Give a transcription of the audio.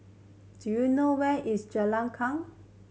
do you know where is Jalan Kuang